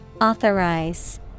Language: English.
Authorize